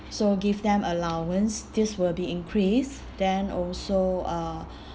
so give them allowance this will be increased then also uh